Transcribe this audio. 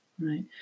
right